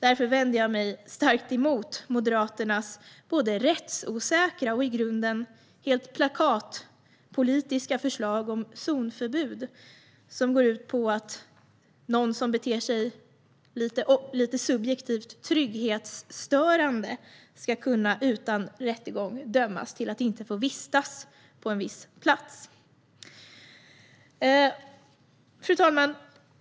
Därför vänder jag mig starkt emot Moderaternas både rättsosäkra och i grunden plakatpolitiska förslag om zonförbud. Det går ut på att om någon beter sig lite subjektivt trygghetsstörande ska denna person utan rättegång kunna dömas till att inte få vistas på en viss plats.